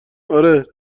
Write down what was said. آره